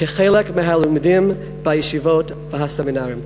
כחלק מהלימודים בישיבות והסמינרים.